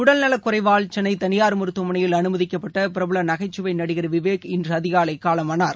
உடலநலக்குறைவால் தனியார் மருத்துவமனையில் அனுமதிக்கப்பட்ட பிரபல நகைச்சுவை நடிகர் விவேக் இன்று அதிகாலை காலமானர்